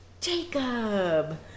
Jacob